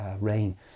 rain